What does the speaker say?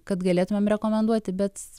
kad galėtumėm rekomenduoti bet